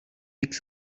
makes